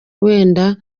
wenda